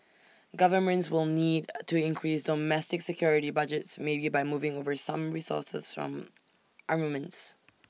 governments will need to increase domestic security budgets maybe by moving over some resources from armaments